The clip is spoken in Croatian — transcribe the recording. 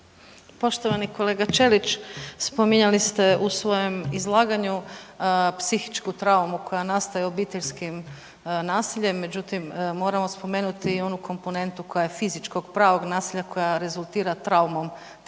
Poštovani kolega Ćelić. Spominjali ste u svom izlaganju psihičku traumu koja nastaje obiteljskim nasiljem, međutim moramo spomenuti i onu komponentu koja je fizičkog pravog nasilja koja rezultira traumom tkiva